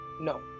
No